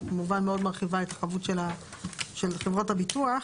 כמובן מאוד מרחיבה את הכמות של חברות הביטוח.